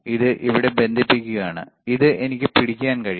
ഇത് ഇവിടെ ബന്ധിപ്പിക്കുക ഇത് എനിക്ക് പിടിക്കാൻ കഴിയും